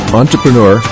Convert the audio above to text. entrepreneur